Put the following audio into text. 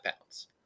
pounds